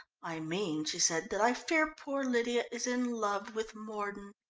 i mean, she said, that i fear poor lydia is in love with mordon.